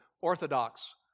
orthodox